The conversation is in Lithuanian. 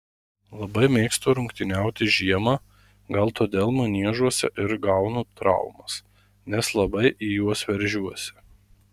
labai mėgstu rungtyniauti žiemą gal todėl maniežuose ir gaunu traumas nes labai į juos veržiuosi